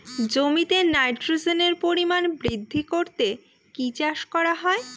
জমিতে নাইট্রোজেনের পরিমাণ বৃদ্ধি করতে কি চাষ করা হয়?